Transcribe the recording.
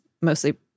Mostly